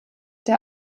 der